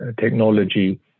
technology